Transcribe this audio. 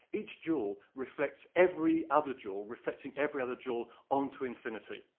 each jewel reflects every other jewel, reflecting every other jewel on to infinity.